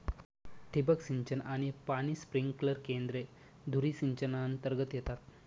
ठिबक सिंचन आणि पाणी स्प्रिंकलर केंद्रे धुरी सिंचनातर्गत येतात